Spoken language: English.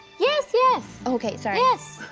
yes, yes. okay, sorry. yes,